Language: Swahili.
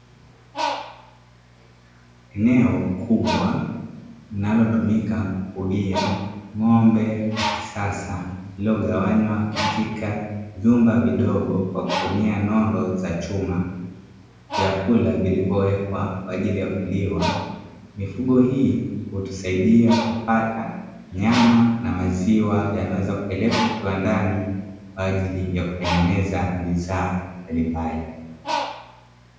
Eneo kubwa linalotumika kufugia ng'ombe wa kisasa lililogawanywa katika vyumba vidogo kwa kutumia nondo za chuma; vyakula vilivyowekwa kwa ajili ya kuliwa, mifugo hii hutusaidia kupata nyama na maziwa yanayoweza kupelekwa kiwandani kwa ajili ya kutengeneza bidhaa mbalimbali.